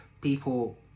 people